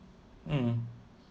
mm